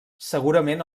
segurament